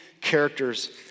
characters